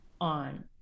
on